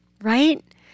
Right